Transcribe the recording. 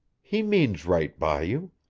he means right by you.